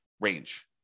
range